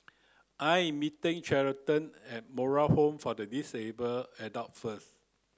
I am meeting Charlottie at Moral Home for Disabled Adults first